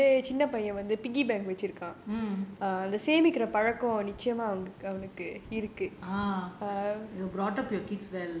mm uh